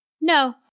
no